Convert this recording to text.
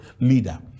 leader